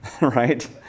Right